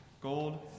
gold